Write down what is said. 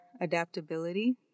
adaptability